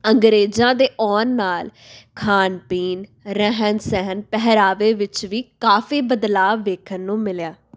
ਅੰਗਰੇਜ਼ਾਂ ਦੇ ਆਉਣ ਨਾਲ ਖਾਣ ਪੀਣ ਰਹਿਣ ਸਹਿਣ ਪਹਿਰਾਵੇ ਵਿੱਚ ਵੀ ਕਾਫੀ ਬਦਲਾਵ ਵੇਖਣ ਨੂੰ ਮਿਲਿਆ